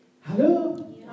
Hello